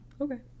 okay